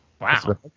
Wow